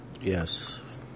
yes